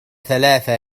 ثلاثة